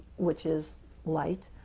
which is light,